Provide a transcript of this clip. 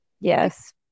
Yes